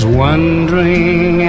wondering